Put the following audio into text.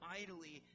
idly